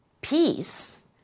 peace